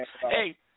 Hey